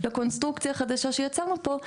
בקונסטרוקציה חדשה שיצרנו פה,